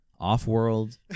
off-world